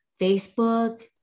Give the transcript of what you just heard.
Facebook